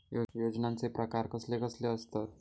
योजनांचे प्रकार कसले कसले असतत?